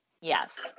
Yes